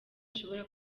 ishobora